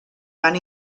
van